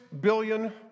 billion